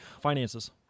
finances